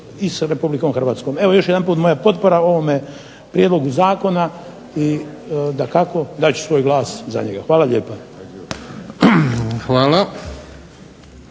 Hvala.